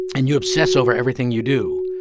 and you obsess over everything you do.